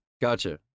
gotcha